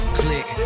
click